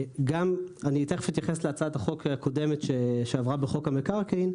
תכף אתייחס להצעת החוק הקודמת שעברה בחוק המקרקעין,